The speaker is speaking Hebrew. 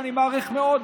שאני מעריך מאוד,